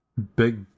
big